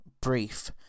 brief